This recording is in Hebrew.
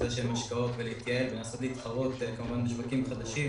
השקעות ולהתייעל ולנסות להתחרות בשווקים חדשים